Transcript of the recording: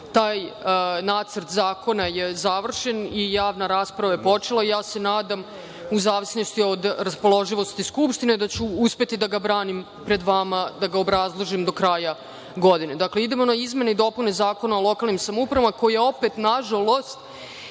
Taj nacrt zakona je završen i javna rasprava je počela. Ja se nadam, u zavisnosti od raspoloživosti Skupštine, da ću uspeti da ga branim pred vama, da ga obrazložim, do kraja godine. Dakle, idemo na izmene i dopune Zakona o lokalnim samoupravama, koji opet, na žalost,